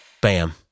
Bam